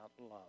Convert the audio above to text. love